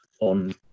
on